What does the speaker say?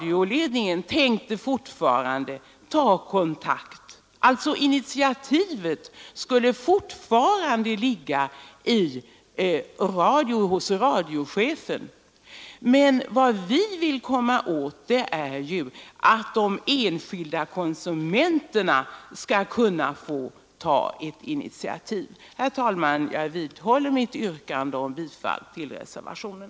Initiativet skulle alltså då fortfarande ligga hos radiochefen. Men vad jag vill åstadkomma är ju att de enskilda konsumenterna skall kunna ta initiativ. Herr talman! Jag vidhåller mitt yrkande om bifall till reservationen.